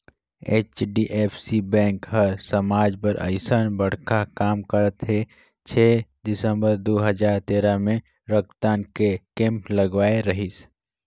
HDFC bank हर समाज बर अइसन बड़खा काम करत हे छै दिसंबर दू हजार तेरा मे रक्तदान के केम्प लगवाए रहीस